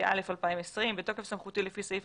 התשפ"א-2020 בתוקף סמכותי לפי סעיף